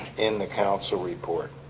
in the council report